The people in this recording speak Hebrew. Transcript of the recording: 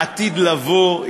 העתיד לבוא,